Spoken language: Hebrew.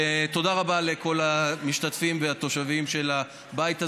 תודה רבה לכל המשתתפים והתושבים של הבית הזה,